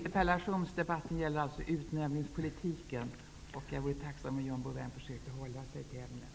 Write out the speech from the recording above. Interpellationsdebatten gäller utnämningspolitiken. Jag vore tacksam om John Bouvin försökte hålla sig till ämnet.